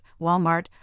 Walmart